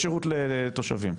בשירות לתושבים.